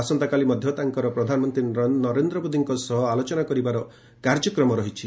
ଆସନ୍ତାକାଲି ମଧ୍ୟ ତାଙ୍କର ପ୍ରଧାନମନ୍ତ୍ରୀ ନରେନ୍ଦ୍ର ମୋଦିଙ୍କ ସହ ଆଲୋଚନା କରିବାର କାର୍ଯ୍ୟକ୍ରମ ରହିଛି